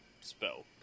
spell